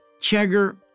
Chegger